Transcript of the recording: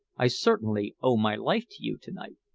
i certainly owe my life to you to-night.